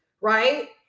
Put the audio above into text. right